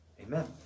amen